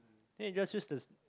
then you just use this